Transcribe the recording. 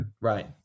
Right